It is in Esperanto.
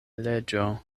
leĝo